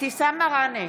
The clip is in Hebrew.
אבתיסאם מראענה,